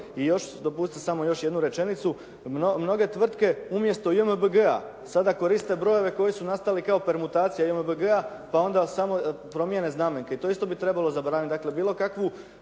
dopustite samo još jednu rečenicu. Mnoge tvrtke umjesto JMBG-a sada koriste brojeve koji su nastali kao permutacija JMBG-a pa onda samo promjene znamenke, to isto bi trebalo zabraniti.